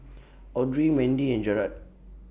Audry Mendy and Jarrad